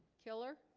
killer